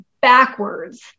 backwards